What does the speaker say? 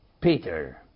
Peter